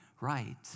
right